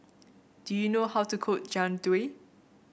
do you know how to cook Jian Dui